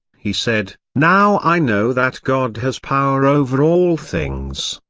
he said, now i know that god has power over all things.